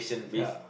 ya